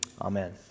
Amen